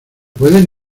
pueden